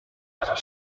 rather